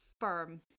firm